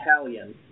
Italian